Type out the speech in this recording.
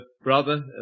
brother